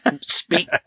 speak